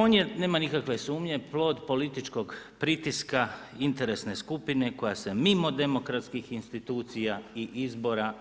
On je nema nikakve sumnje plod političkog pritiska interesne skupine koja se mimo demokratskih institucija i izbora